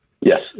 Yes